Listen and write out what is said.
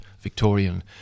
Victorian